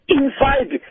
inside